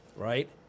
Right